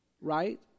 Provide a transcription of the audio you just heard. right